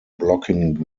blocking